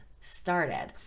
started